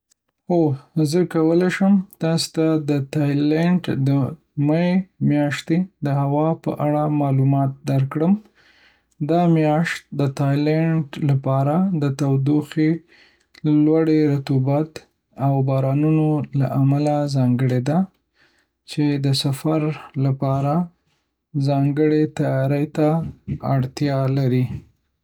هو، زه کولی شم تاسو ته د تایلنډ د می میاشتې د هوا په اړه معلومات درکړم. دا میاشت د تایلنډ لپاره د تودوخې، لوړې رطوبت، او بارانونو له امله ځانګړې ده، چې د سفر لپاره ځانګړې تیاري ته اړتیا لري.